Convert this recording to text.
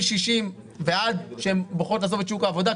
60 ועד שהן בוחרות לעזוב את שוק העבודה,